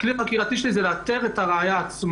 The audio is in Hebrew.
הכלי החקירתי של זה הוא לאתר את הראיה עצמה.